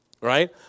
right